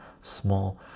small